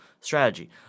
strategy